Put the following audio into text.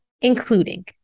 including